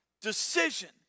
decision